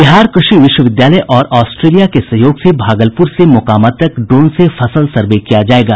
बिहार कृषि विश्वविद्यालय और ऑस्ट्रेलिया के सहयोग से भागलपुर से मोकामा तक ड्रोन से फसल सर्वे किया जायेगा